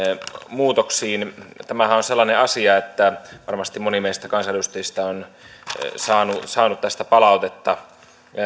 muutoksiin tämähän on sellainen asia että varmasti moni meistä kansanedustajista on saanut saanut tästä palautetta